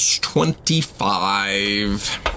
twenty-five